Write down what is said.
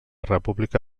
república